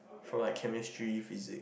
for like chemistry physics